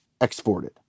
exported